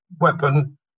weapon